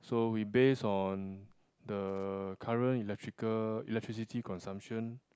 so we base on the current electrical electricity consumption